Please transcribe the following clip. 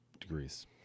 degrees